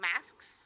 masks